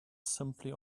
simply